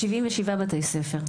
77 בתי ספר.